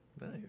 Nice